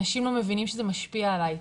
אנשים לא מבינים שזה משפיע עליי,